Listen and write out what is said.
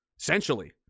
essentially